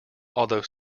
although